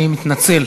אני מתנצל,